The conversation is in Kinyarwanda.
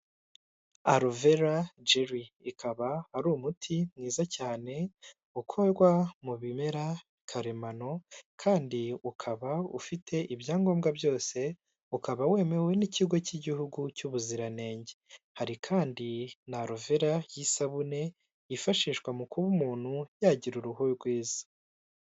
Aloe vera Gelly, ikaba ari umuti mwiza cyane ukorwa mu bimera karemano kandi ukaba ufite ibyangombwa byose, ukaba wemewe n'ikigo cy'igihugu cy'ubuziranenge, hari kandi na Aloe vera y'isabune, yifashishwa mu kuba umuntu yagira uruhu rwiza.